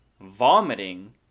vomiting